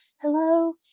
Hello